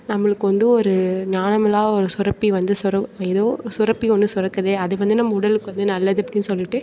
நம்மளுக்கு வந்து ஒரு நாளமில்லா ஒரு சுரப்பி வந்து ஏதோ சுரப்பி ஒன்று சுரக்குது அது வந்து நம்ம உடலுக்கு வந்து நல்லது சொல்லிவிட்டு